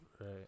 Right